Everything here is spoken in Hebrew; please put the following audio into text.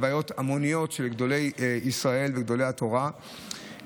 הלוויות המוניות של גדולי ישראל וגדולי התורה,